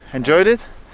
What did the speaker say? enjoyed it?